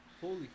Holy